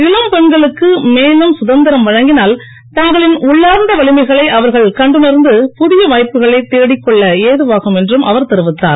இனம் பெண்களுக்கு மேலும் கசதந்திரம் வழங்கினால் தங்களின் உள்ளார்ந்த வலிமைகளை அவர்கள் கண்டுணர்ந்து புதிய வாய்ப்புகளைத் தேடிக் கொள்ள ஏதுவாகும் என்றும் அவர் தெரிவித்தார்